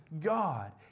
God